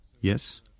Yes